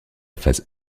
phase